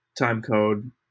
timecode